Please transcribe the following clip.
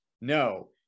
No